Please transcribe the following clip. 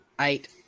eight